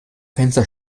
fenster